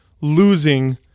losing